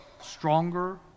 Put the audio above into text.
stronger